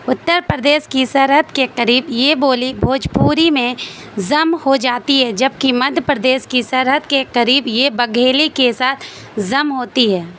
اتر پردیش کی سرحد کے قریب یہ بولی بھوجپوری میں ضم ہو جاتی ہے جبکہ مدھیہ پردیش کی سرحد کے قریب یہ بگھیلی کے ساتھ ضم ہوتی ہے